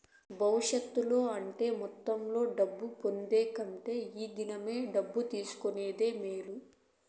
భవిష్యత్తుల అంటే మొత్తంలో దుడ్డు పొందే కంటే ఈ దినం దుడ్డు తీసుకునేదే మేలు